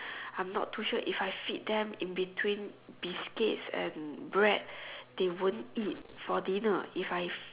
I'm not too sure if I feed them in between biscuits and bread they won't eat for dinner if I